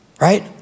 right